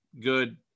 good